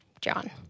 John